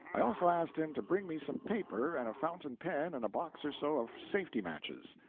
i also asked him to bring me some paper and a fountain pen and a box or so of safety matches.